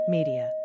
Media